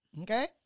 Okay